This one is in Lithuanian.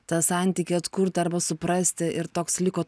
tą santykį atkurt arba suprasti ir toks liko